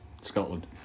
Scotland